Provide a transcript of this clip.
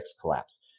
collapse